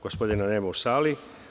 Gospodina nema u sali.